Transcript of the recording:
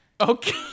Okay